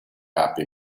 happy